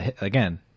Again